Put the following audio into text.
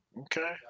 Okay